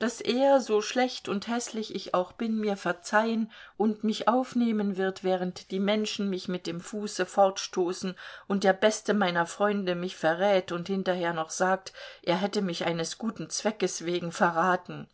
daß er so schlecht und häßlich ich auch bin mir verzeihen und mich aufnehmen wird während die menschen mich mit dem fuße fortstoßen und der beste meiner freunde mich verrät und hinterher noch sagt er hätte mich eines guten zwecks wegen verraten